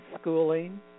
schooling